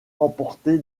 remporté